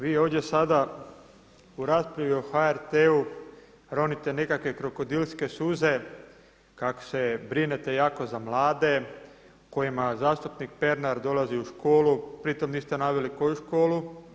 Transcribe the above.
Vi ovdje sada u raspravi o HRT-u ronite nekakve krokodilske suze kako se brinete jako za mlade kojima zastupnik Pernar dolazi u školu, pritom niste naveli koju školu.